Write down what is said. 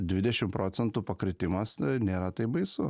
dvidešim procentų pakritimas nėra taip baisu